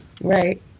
right